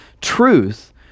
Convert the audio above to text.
truth